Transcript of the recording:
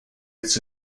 its